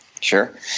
Sure